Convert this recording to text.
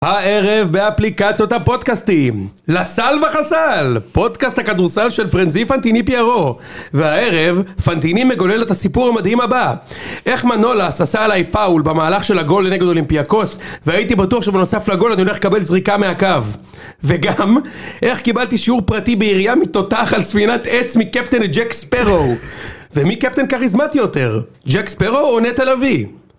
הערב באפליקציות הפודקאסטים: לסל וחסל! פודקאסט הכדורסל של פרנזי פנטיני פיירו. והערב פנטיני מגולל את הסיפור המדהים הבא: איך מנולה עשה עליי פאול במהלך של הגול לנגד אולימפיה קוס, והייתי בטוח שבנוסף לגול אני הולך לקבל זריקה מהקו. וגם איך קיבלתי שיעור פרטי בירייה מתותח על ספינת עץ מקפטן ג'ק ספארו. ומי קפטן כריזמטי יותר? ג'ק ספארו או נטל אבי?